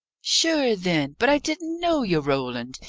sure then! but i didn't know ye, roland!